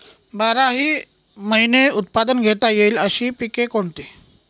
बाराही महिने उत्पादन घेता येईल अशी पिके कोणती?